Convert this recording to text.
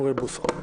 אוריאל בוסו.